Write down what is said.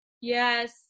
Yes